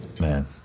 Man